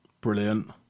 brilliant